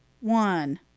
one